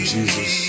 Jesus